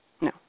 No